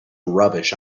rubbish